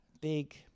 big